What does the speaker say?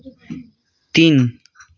तिन